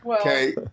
Okay